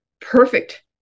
perfect